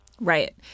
Right